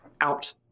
out